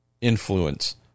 influence